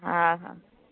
ହଁ ହଁ